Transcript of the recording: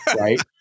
Right